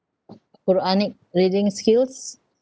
quranic reading skills